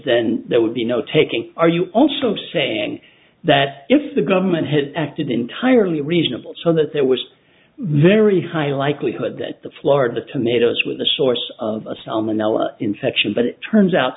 then there would be no taking are you also saying that if the government had acted entirely reasonable so that there was very high i likelihood that the florida tomatoes with the source of a salmonella infection but it turns out